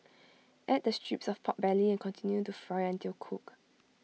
add the strips of Pork Belly and continue to fry until cooked